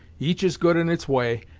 each is good in its way,